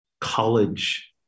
college